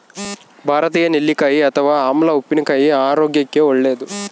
ಭಾರತೀಯ ನೆಲ್ಲಿಕಾಯಿ ಅಥವಾ ಆಮ್ಲ ಉಪ್ಪಿನಕಾಯಿ ಆರೋಗ್ಯಕ್ಕೆ ಒಳ್ಳೇದು